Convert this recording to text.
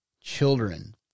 children